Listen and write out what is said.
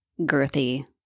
girthy